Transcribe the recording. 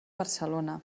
barcelona